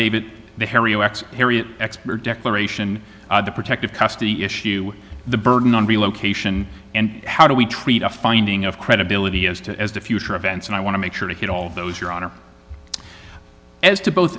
harry harriet expert declaration the protective custody issue the burden on relocation and how do we treat a finding of credibility as to as to future events and i want to make sure to hit all of those your honor as to both